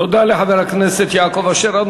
תודה לחבר הכנסת יעקב אשר.